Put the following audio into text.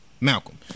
Malcolm